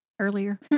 Earlier